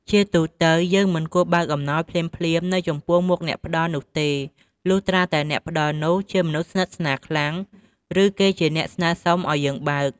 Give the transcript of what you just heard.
ជាទូទៅ យើង មិនគួរបើកអំណោយភ្លាមៗ នៅចំពោះមុខអ្នកផ្ដល់នោះទេ លុះត្រាតែអ្នកផ្ដល់នោះជាមនុស្សស្និទ្ធស្នាលខ្លាំង ឬគេជាអ្នកស្នើសុំឲ្យយើងបើក។